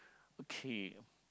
okay